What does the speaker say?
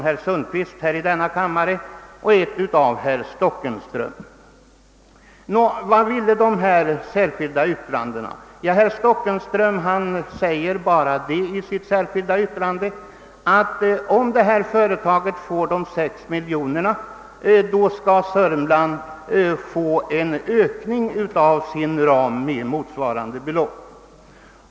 Herr Stockenström säger bara att om detta företag får 6 miljoner kronor, skall Södermanland få en ökning av sin ram med motsvarande belopp.